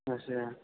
अच्छा